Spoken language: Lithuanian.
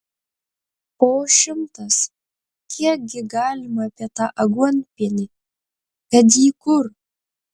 po šimtas kiekgi galima apie tą aguonpienį kad jį kur